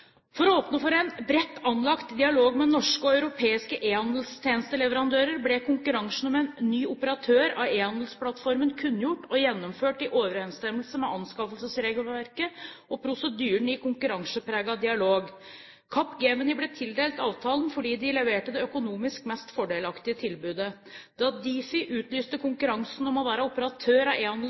For å åpne for en bredt anlagt dialog med norske og europeiske e-handelstjenesteleverandører ble konkurransen om en ny operatør av Ehandelsplattformen kunngjort og gjennomført i overensstemmelse med anskaffelsesregelverket og prosedyren i konkurransepreget dialog. Capgemini ble tildelt avtalen fordi de leverte det økonomisk mest fordelaktige tilbudet. Da Difi utlyste konkurransen om å være operatør av